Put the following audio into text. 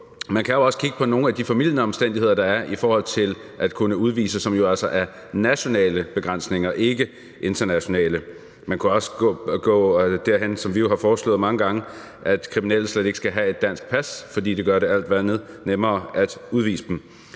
Man kan jo også kigge på nogle af de formildende omstændigheder, der er i forhold til at kunne udvise, som jo altså er nationale begrænsninger og ikke internationale. Man kunne også gå derhen, hvor kriminelle – som vi har foreslået mange gange – slet ikke skal have et dansk pas, for det gør det alt andet lige nemmere at udvise dem.